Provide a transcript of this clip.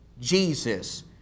Jesus